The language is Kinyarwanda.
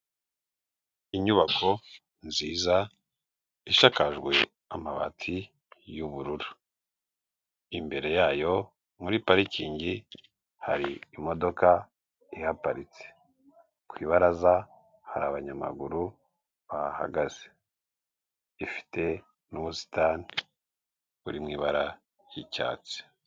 Inyubako nziza ishakajwe amabati y'ubururu, imbere yayo muri parikingi hari imodoka ihaparitse, ku ibaraza hari abanyamaguru bahahagaze, ifite n'ubusitani buri mu ibara ry'icyatsi.